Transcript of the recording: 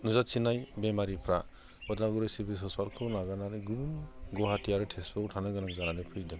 नुजाथिनाय बेमारिफ्रा उदालगुरि सिभिल हस्पिथालखौ नागारनानै गुबुन गुवाहाथि आरो थेजपुराव थांनो गोनां जानानै फैदों